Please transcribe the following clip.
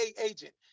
agent